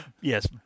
yes